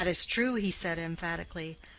that is true, he said, emphatically.